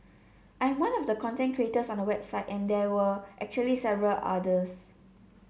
I am one of the content creators on the website and there were actually several others